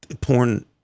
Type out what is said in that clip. Porn